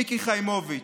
מיקי חיימוביץ'?